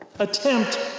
attempt